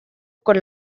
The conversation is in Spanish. con